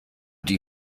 die